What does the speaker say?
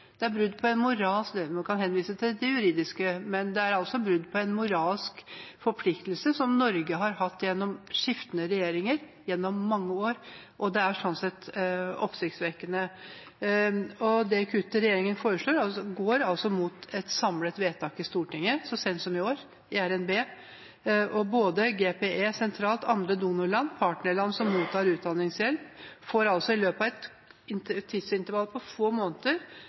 på en moralsk forpliktelse som Norge har hatt gjennom skiftende regjeringer gjennom mange år, og det er sånn sett oppsiktsvekkende. Det kuttet regjeringen foreslår, går altså imot et samlet vedtak i Stortinget så sent som i år, i RNB. Både GPE sentralt, andre donorland og partnerland som mottar utdanningshjelp, får altså i løpet av et tidsintervall på få måneder